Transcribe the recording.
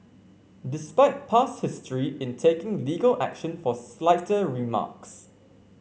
despite past history in taking legal action for slighter remarks